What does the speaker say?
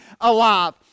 alive